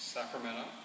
Sacramento